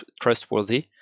trustworthy